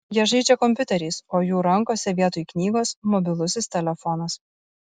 jie žaidžia kompiuteriais o jų rankose vietoj knygos mobilusis telefonas